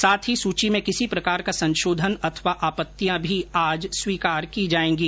साथ ही सूची में किसी प्रकार का संशोधन अथवा आपत्तियां भी आज स्वीकार की जाएंगी